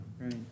Right